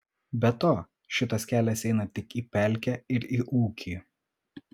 be to šitas kelias eina tik į pelkę ir į ūkį